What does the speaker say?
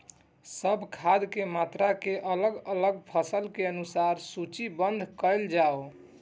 सब खाद के मात्रा के अलग अलग फसल के अनुसार सूचीबद्ध कायल जाओ?